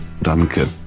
Danke